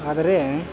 ಆದರೆ